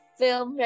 film